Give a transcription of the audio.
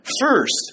first